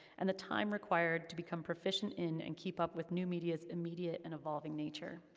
and the time required to become proficient in, and keep up with new media's immediate and evolving nature.